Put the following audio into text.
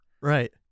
Right